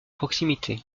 proximité